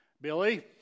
Billy